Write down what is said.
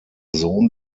sohn